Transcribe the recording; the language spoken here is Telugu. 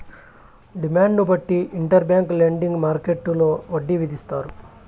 డిమాండ్ను బట్టి ఇంటర్ బ్యాంక్ లెండింగ్ మార్కెట్టులో వడ్డీ విధిస్తారు